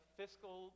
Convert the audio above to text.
fiscal